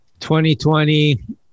2020